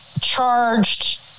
charged